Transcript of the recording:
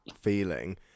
feeling